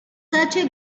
such